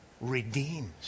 redeems